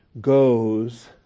goes